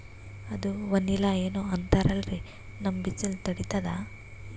ಅದು ವನಿಲಾ ಏನೋ ಅಂತಾರಲ್ರೀ, ನಮ್ ಬಿಸಿಲ ತಡೀತದಾ?